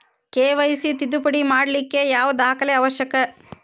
KYC ತಿದ್ದುಪಡಿ ಮಾಡ್ಲಿಕ್ಕೆ ಯಾವ ದಾಖಲೆ ಅವಶ್ಯಕ?